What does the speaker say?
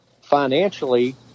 financially